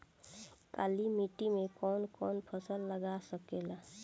काली मिट्टी मे कौन कौन फसल लाग सकेला?